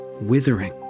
withering